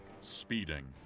speeding